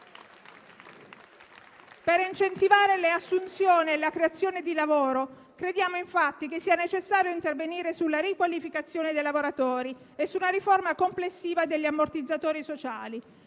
Per incentivare le assunzioni e la creazione di lavoro, crediamo infatti che sia necessario intervenire sulla riqualificazione dei lavoratori e sulla riforma complessiva degli ammortizzatori sociali.